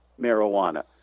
marijuana